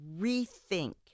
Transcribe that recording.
rethink